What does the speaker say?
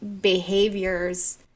behaviors